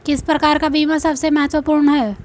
किस प्रकार का बीमा सबसे महत्वपूर्ण है?